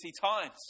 times